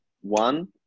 one